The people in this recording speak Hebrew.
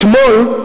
אתמול,